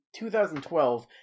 2012